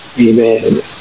Amen